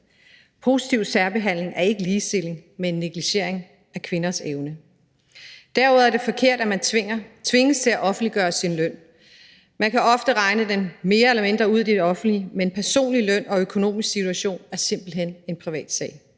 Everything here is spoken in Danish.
Positiv særbehandling er ikke ligestilling, men negligering af kvinders evne. Derudover er det forkert, at man tvinges til at offentliggøre sin løn. Man kan ofte regne den mere eller mindre ud i det offentlige, men personlig løn og økonomisk situation er simpelt hen en privatsag.